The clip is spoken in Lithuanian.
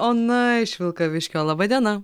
ona iš vilkaviškio laba diena